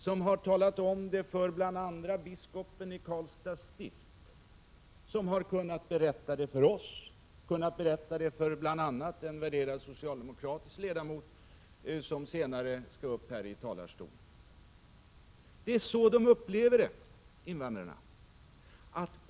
De har bl.a. talat om det för biskopen i Karlstads stift, som har kunnat berätta det för oss, för bl.a. en värderad socialdemokratisk ledamot som senare skall uppi talarstolen. Det är så invandrarna upplever situationen.